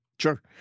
Sure